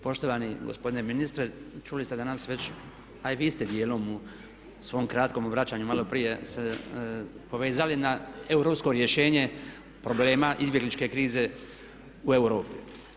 Poštovani gospodine ministre čuli ste danas već, a i vi ste dijelom u svom kratkom obraćanju maloprije se nadovezali na europsko rješenje problema izbjegličke krize u Europi.